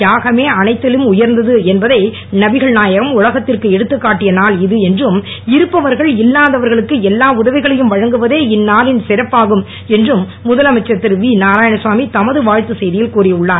தியாகமே அனைத்திலும் உயர்ந்தது என்பதை நபிகள் நாயகம் உலகிற்கு எடுத்துக் காட்டிய நான் இது என்றும் இருப்பவர்கள் இல்லாதவர்களுக்கு எல்லா உதவிகளையும் வழங்குவதே இன்னாளின் சிறப்பாகும் என்றும் முதலமைச்சர் திரு வி நாராயணசாமி தமது வாழ்த்துச் செய்தியில் கூறி உள்ளார்